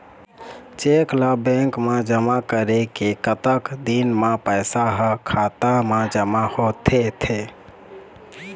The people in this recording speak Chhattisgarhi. चेक ला बैंक मा जमा करे के कतक दिन मा पैसा हा खाता मा जमा होथे थे?